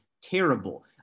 terrible